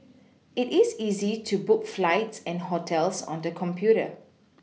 it is easy to book flights and hotels on the computer